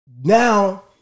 now